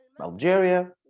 Algeria